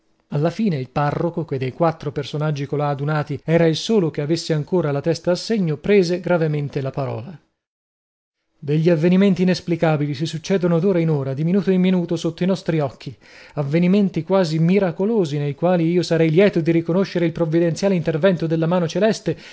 alla fine il parroco che dei quattro personaggi colà adunati era il solo che avesse ancora la testa a segno prese gravemente la parola degli avvenimenti inesplicabili si succedono d'ora in ora di minuto in minuto sotto i nostri occhi avvenimenti quasi miracolosi nei quali io sarei lieto di riconoscere il provvidenziale intervento della mano celeste